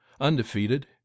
undefeated